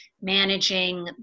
managing